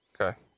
Okay